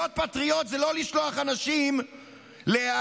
להיות פטריוט זה לא לשלוח אנשים להיהרג